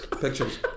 pictures